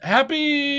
Happy